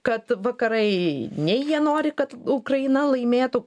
kad vakarai nei jie nori kad ukraina laimėtų